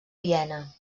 viena